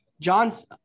john's